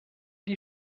die